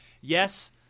Yes